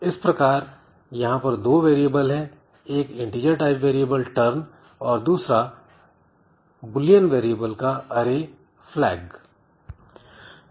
इस प्रकार यहां पर दो वेरिएबल हैं एक इंटीजर टाइप वेरिएबल turn और दूसरा दो बुलियन वैरियेबल्स का अरे flag है